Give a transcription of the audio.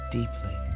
Deeply